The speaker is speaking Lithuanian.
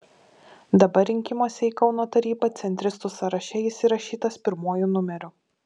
dabar rinkimuose į kauno tarybą centristų sąraše jis įrašytas pirmuoju numeriu